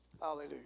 Hallelujah